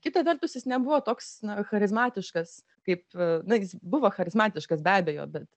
kita vertus jis nebuvo toks na charizmatiškas kaip na jis buvo charizmatiškas be abejo bet